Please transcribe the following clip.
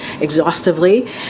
exhaustively